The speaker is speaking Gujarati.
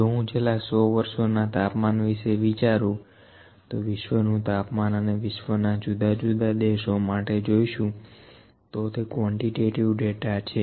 જૉ હું છેલ્લા સો વર્ષોના તાપમાન વિશે વિચારું તો વિશ્વનું તાપમાન અને વિશ્વના જુદા જુદા દેશો માટે જોઇશું તો તે ક્વોન્ટીટેટીવ ડેટા છે